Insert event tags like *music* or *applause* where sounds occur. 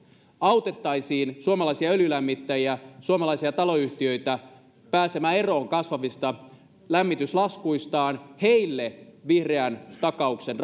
autettaisiin suomalaisia öljylämmittäjiä suomalaisia taloyhtiöitä pääsemään eroon kasvavista lämmityslaskuistaan heille ohjatulla vihreän takauksen *unintelligible*